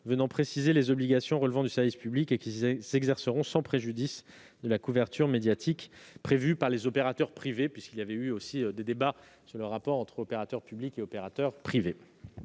et à préciser les obligations qui relèvent du service public et s'exerceront sans préjudice de la couverture médiatique prévue par les opérateurs privés ; rappelons qu'il y avait aussi eu des débats sur le rapport entre opérateurs publics et privés.